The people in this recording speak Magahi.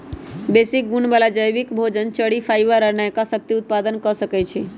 बेशी गुण बला जैबिक भोजन, चरि, फाइबर आ नयका शक्ति उत्पादन क सकै छइ